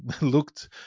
looked